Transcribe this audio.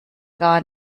gar